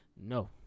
No